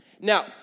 Now